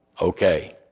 okay